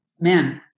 man